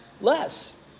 less